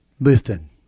Listen